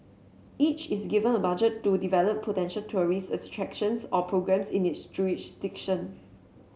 each is given a budget to develop potential tourist attractions or programmes in its jurisdiction